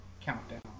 countdown